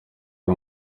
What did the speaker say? ari